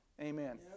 Amen